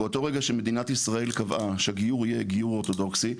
באותו רגע שמדינת ישראל קבעה שהגיור יהיה גיור אורתודוקסי,